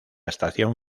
estación